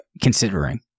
considering